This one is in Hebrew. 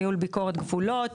ניהול ביקורת גבולות,